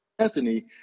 Anthony